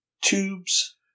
tubes